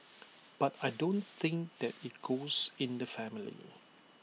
but I don't think that IT goes in the family